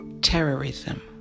terrorism